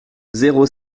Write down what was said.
zéro